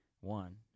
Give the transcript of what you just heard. One